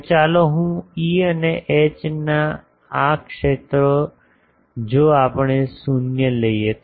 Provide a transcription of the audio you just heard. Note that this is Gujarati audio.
તો ચાલો હું E અને H આ ક્ષેત્રો જો આપણે શૂન્ય લઈએ